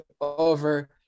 over